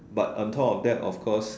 but on top of that of course